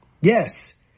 Yes